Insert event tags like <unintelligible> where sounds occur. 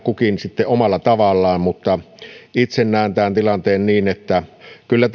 kukin vähän omalla tavallaan mutta itse näen tämän tilanteen niin että kyllä <unintelligible>